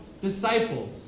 disciples